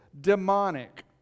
demonic